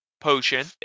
potion